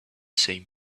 same